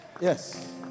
yes